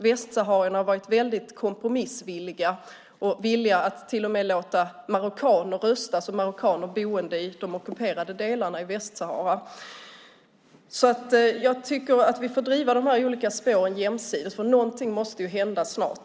Västsaharierna har varit kompromissvilliga och villiga att låta till och med marockaner boende i de ockuperade delarna av Västsahara rösta. Vi får driva de olika spåren jämsides. Någonting måste hända snart.